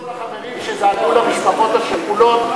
אני מודה לכל החברים שדאגו למשפחות השכולות,